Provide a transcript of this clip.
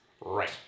Right